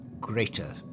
greater